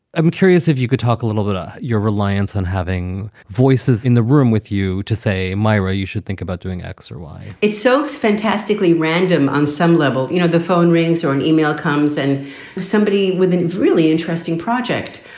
i'm curious if you could talk a little bit about ah your reliance on having voices in the room with you to say, myra, you should think about doing x or y it's so fantastically random. on some level, you know, the phone rings or an e-mail comes and somebody with an really interesting project,